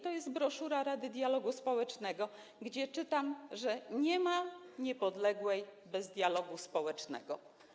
To jest broszura Rady Dialogu Społecznego, gdzie czytam, że nie ma Niepodległej bez dialogu społecznego.